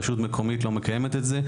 רשות מקומית לא מקיימת את זה,